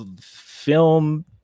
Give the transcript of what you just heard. film